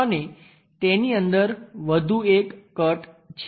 અને તેની અંદર વધુ એક કટ છે